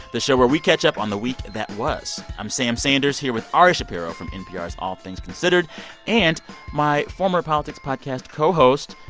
the show where we catch up on the week that was. i'm sam sanders, here with ari shapiro from npr's all things considered and my former politics podcast co-host,